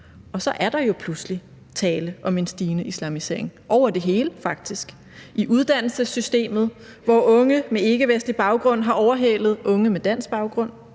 Og så er der jo pludselig tale om en stigende islamisering, faktisk over det hele: Det er i uddannelsessystemet, hvor unge med ikkevestlig baggrund har overhalet unge med dansk baggrund;